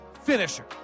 finisher